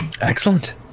Excellent